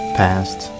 past